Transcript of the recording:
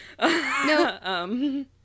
No